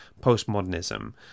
postmodernism